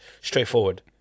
straightforward